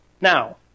Now